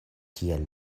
tiel